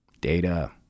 Data